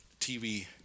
TV